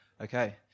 Okay